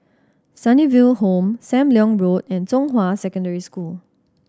Sunnyville Home Sam Leong Road and Zhonghua Secondary School